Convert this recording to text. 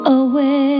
away